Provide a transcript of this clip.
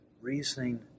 reasoning